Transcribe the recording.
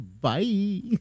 Bye